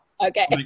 Okay